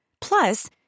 Plus